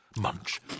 Munch